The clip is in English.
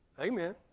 Amen